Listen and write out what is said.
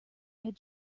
had